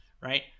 Right